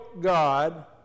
God